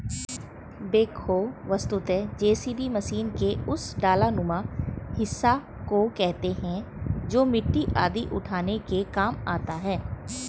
backhoe वस्तुतः JCB machine के उस डालानुमा हिस्सा को कहते हैं जो मिट्टी आदि उठाने के काम आता है